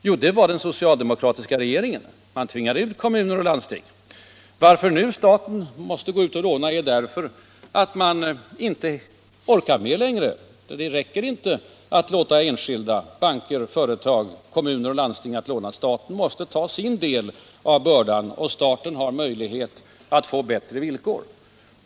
Jo, det var den socialdemokratiska regeringen. Att staten nu måste låna utomlands beror på att det inte räcker att låta enskilda, banker, företag, kommuner och landsting låna, utan staten måste bära sin del av bördan. Staten har också möjlighet att få bättre lånevillkor.